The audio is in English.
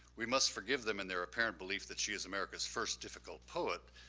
we must forgive them in their apparent belief that she is america's first difficult poet,